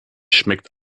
schmeckt